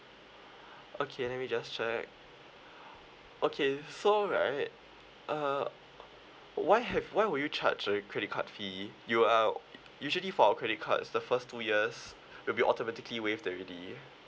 okay let me just check okay so right uh why have why would you charge a credit card fee you uh usually for our credit cards the first two years will be automatically waived already